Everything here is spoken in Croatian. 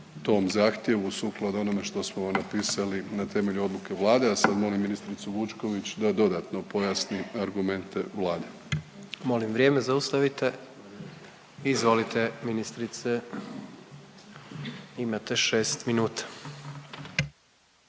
tom zahtjevu sukladno onome što smo napisali na temelju odluke Vlade, a sad molim ministricu Vučković da dodatno pojasni argumente Vlade. **Jandroković, Gordan (HDZ)** Molim vrijeme zaustavite. Izvolite ministrice, imate šest minuta.